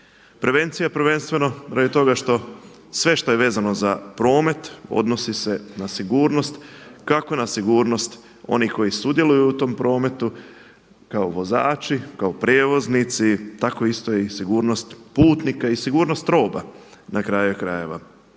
Prevencija je prvenstveno radi toga što sve što je vezano za promet odnosi se na sigurnost, kako na sigurnost onih koji sudjeluju u tom prometu kao vozači, kao prijevoznici, tako isto i sigurnost putnika i sigurnost roba na kraju krajeva.